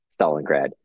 stalingrad